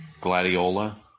Gladiola